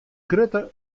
grutte